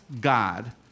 God